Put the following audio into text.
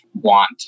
want